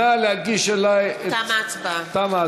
נא להגיש אלי את, תמה ההצבעה.